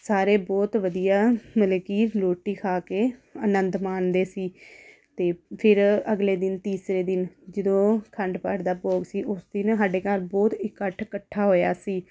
ਸਾਰੇ ਬਹੁਤ ਵਧੀਆ ਮਤਲਬ ਕਿ ਰੋਟੀ ਖਾ ਕੇ ਆਨੰਦ ਮਾਣਦੇ ਸੀ ਅਤੇ ਫਿਰ ਅਗਲੇ ਦਿਨ ਤੀਸਰੇ ਦਿਨ ਜਦੋਂ ਅਖੰਡ ਪਾਠ ਦਾ ਭੋਗ ਸੀ ਉਸ ਦਿਨ ਸਾਡੇ ਘਰ ਬਹੁਤ ਇਕੱਠ ਇਕੱਠਾ ਹੋਇਆ ਸੀ